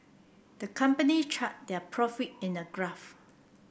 the company charted their profit in a graph